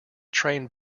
train